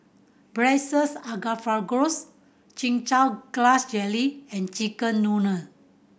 Braised Asparagus Chin Chow Grass Jelly and chicken noodle